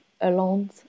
alone